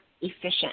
efficient